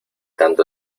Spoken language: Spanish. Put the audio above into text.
tanto